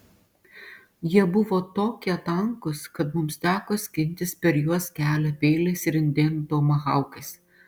jie buvo tokie tankūs kad mums teko skintis per juos kelią peiliais ir indėnų tomahaukais